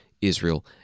Israel